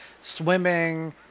Swimming